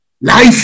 life